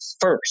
first